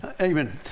Amen